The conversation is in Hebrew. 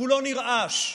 כולו נרעש,